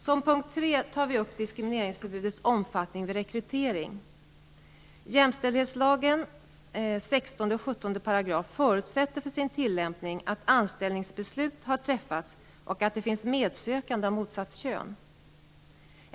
Den tredje punkten gäller diskrimineringsförbudets omfattning vid rekrytering. Jämställdhetslagens 16 och 17 §§ förutsätter för sin tillämpning att anställningsbeslut har träffats och att det finns medsökande av motsatt kön.